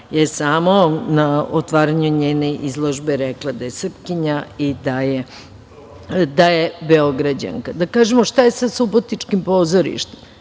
na samom otvaranju njene izložbe rekla da je Srpkinja i da je Beograđanka. Da kažemo šta je sa subotičkim pozorištem,